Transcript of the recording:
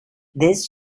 this